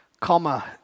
Comma